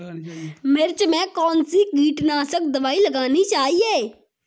मिर्च में कौन सी कीटनाशक दबाई लगानी चाहिए?